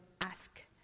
ask